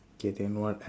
okay can move on